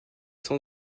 sont